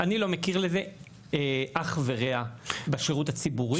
אני לא מכיר לזה אח ורע בשירות הציבורי.